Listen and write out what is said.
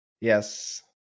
Yes